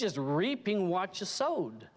just reaping watches sewed